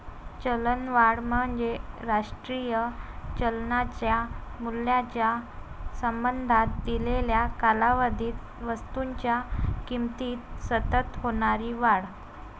चलनवाढ म्हणजे राष्ट्रीय चलनाच्या मूल्याच्या संबंधात दिलेल्या कालावधीत वस्तूंच्या किमतीत सतत होणारी वाढ